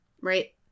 right